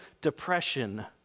depression